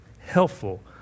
helpful